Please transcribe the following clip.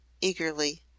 eagerly